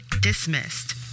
dismissed